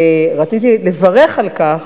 ורציתי לברך על כך,